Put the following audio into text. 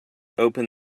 open